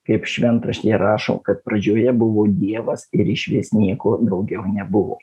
kaip šventraštyje rašo kad pradžioje buvo dievas ir išvis nieko daugiau nebuvo